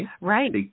Right